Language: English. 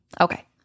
okay